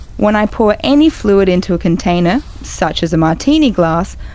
when i pour any fluid into a container such as a martini glass,